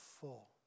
full